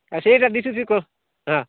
ଆ ସେଇଟା ଦିଶୁଛି କି ହଁ